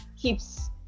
keeps